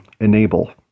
enable